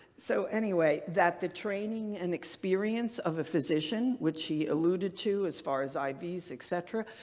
so anyway, that the training and experience of a physician, which he alluded to as far as iv's etc,